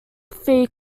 figure